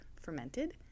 fermented